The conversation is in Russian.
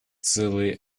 целые